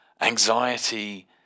Anxiety